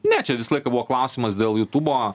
ne čia visą laiką buvo klausimas dėl jutubo